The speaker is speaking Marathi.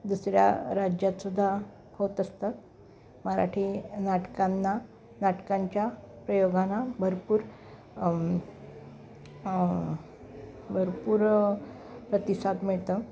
दुसऱ्या राज्यातसुद्धा होत असतात मराठी नाटकांना नाटकांच्या प्रयोगांना भरपूर भरपूर प्रतिसाद मिळतं